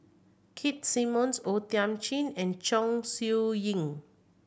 Keith Simmons O Thiam Chin and Chong Siew Ying